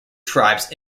tribes